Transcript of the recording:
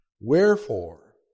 Wherefore